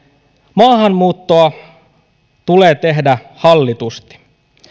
maahanmuuttoa tulee tehdä hallitusti